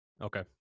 okay